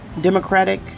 Democratic